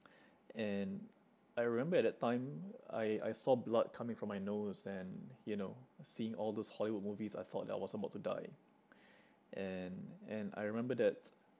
and I remember at that time I I saw blood coming from my nose and you know seeing all those hollywood movies I thought that I was about to die and and I remember that